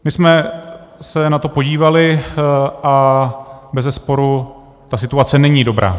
My jsme se na to podívali a bezesporu ta situace není dobrá.